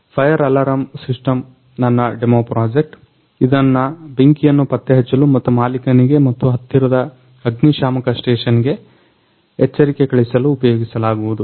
fire alarm system ನನ್ನ demo project ಅದನ್ನ ಬೆಂಕಿಯನ್ನ ಪತ್ತೆಹಚ್ಚಲು ಮತ್ತು ಮಾಲಿಕನಿಗೆ ಮತ್ತು ಹತ್ತಿರದ ಅಗ್ನಿ ಶಾಮಕ ಸ್ಟೇಷನ್ಗೆ ಎಚ್ಚರಿಕೆ ಕಳಿಸಲು ಉಪಯೋಗಿಸಲಾಗುವುದು